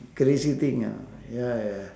crazy thing ah ya ya